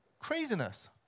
craziness